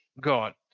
God